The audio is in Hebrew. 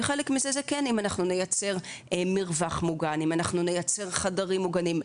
אם נייצר מרווח מוגן וחדרים מוגנים,